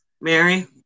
Mary